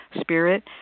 spirit